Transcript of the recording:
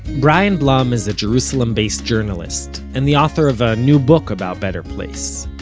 brian blum is a jerusalem-based journalist and the author of a new book about better place.